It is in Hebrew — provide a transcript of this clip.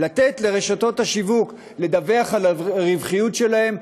לתת לרשתות השיווק לדווח על הרווחיות שלהן,